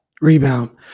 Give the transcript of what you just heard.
rebound